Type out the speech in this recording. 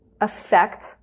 affect